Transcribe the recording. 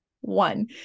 one